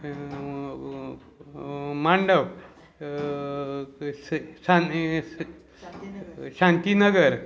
मांडप स शांतीनगर